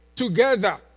together